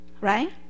right